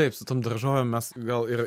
taip su tom daržovėm mes gal ir